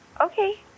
Okay